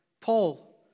Paul